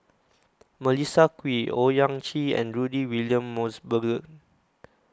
Melissa Kwee Owyang Chi and Rudy William Mosbergen